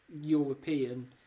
European